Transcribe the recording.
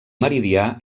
meridià